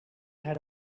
had